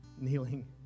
kneeling